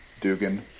Dugan